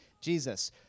Jesus